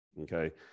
Okay